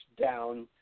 down